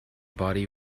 body